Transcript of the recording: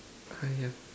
I have